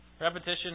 Repetition